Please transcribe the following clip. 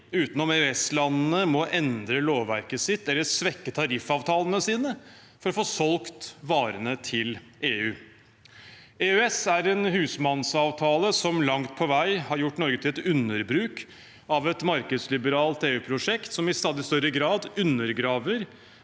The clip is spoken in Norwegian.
utenom EØS-landene må endre lovverket sitt eller svekke tariffavtalene sine for å få solgt varer til EU. EØS er en husmannsavtale som langt på vei har gjort Norge til et underbruk av et markedsliberalt EU-prosjekt som i stadig større grad undergraver